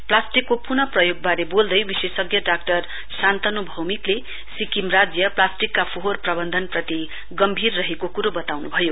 प्लास्टिकको पुन प्रयोगवारे बोल्दै विशेषज्ञ डाक्टर शान्तनु भौमिकले सिक्किम राज्य प्लास्टिकका फोहोर प्रवन्धनप्रति गम्भीर रहेको कुरो बताउनुभयो